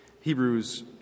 Hebrews